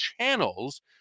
channels